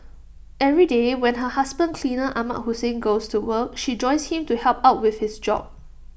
every day when her husband cleaner Ahmad Hussein goes to work she joins him to help out with his job